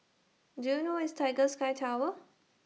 Do YOU know Where IS Tiger Sky Tower